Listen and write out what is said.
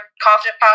confident